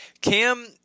Cam